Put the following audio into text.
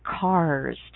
cars